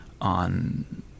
on